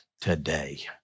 today